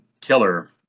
killer